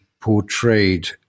portrayed